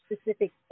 specific